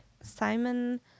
Simon